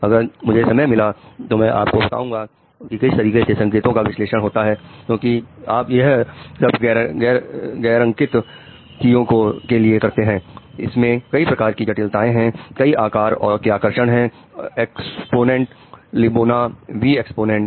अगर मुझे समय मिला तो मैं आपको बताऊंगा कि किस तरीके के संकेतों का विश्लेषण होता है क्योंकि आप यह सब गैरअंकित चीजों के लिए करते हैं इसमें कई प्रकार की जटिलताएं हैं कई आकार के आकर्षण हैं एक्स्पोनेंट लिबोना V एक्स्पोनेंट